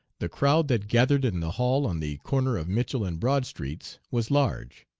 the crowd that gathered in the hall on the corner of mitchell and broad streets was large.